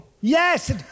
Yes